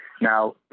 Now